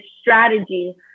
strategy